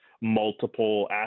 multiple